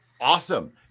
Awesome